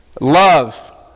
love